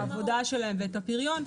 שייעלו את העבודה שלהם ואת הפריון,